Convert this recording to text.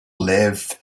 live